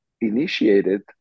initiated